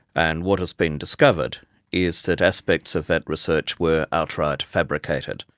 and what has been discovered is that aspects of that research were outright fabricated.